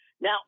Now